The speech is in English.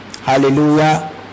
hallelujah